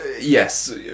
Yes